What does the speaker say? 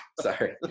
Sorry